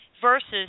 versus